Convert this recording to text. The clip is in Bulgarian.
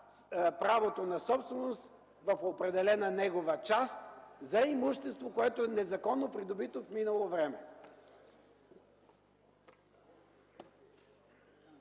правото на собственост в определена негова част за имущество, което е незаконно придобито в минало време.